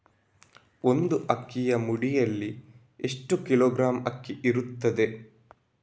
ಒಂದು ಅಕ್ಕಿಯ ಮುಡಿಯಲ್ಲಿ ಎಷ್ಟು ಕಿಲೋಗ್ರಾಂ ಅಕ್ಕಿ ಇರ್ತದೆ?